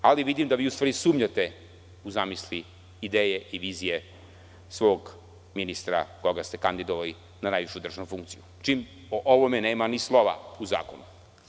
Ali, vidim da vi u stvari sumnjate u zamisli, ideje i vizije svog ministra koga ste kandidovali na najvišu državnu funkciju, čim o ovome nema ni slova u zakonu.